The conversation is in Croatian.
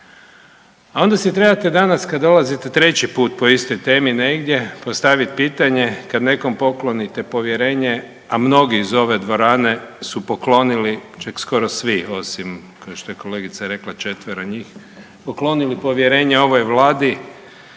A onda si trebate danas, kad dolazite 3. put po istoj temi negdje, postaviti pitanje kad nekom poklonite povjerenje, a mnogih iz ove dvorane su poklonili, čak skoro svi osim, kao što je kolegica rekla, četvero njih, poklonili povjerenje ovoj Vladi